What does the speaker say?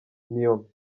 myomes